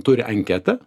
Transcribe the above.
turi anketą